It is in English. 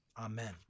Amen